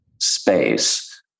Space